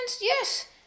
Yes